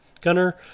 Gunner